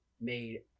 made